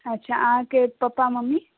अच्छा अहाँके papa mummy